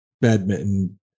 badminton